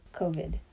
covid